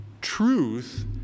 truth